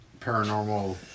paranormal